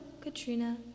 Katrina